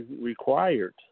required